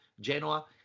Genoa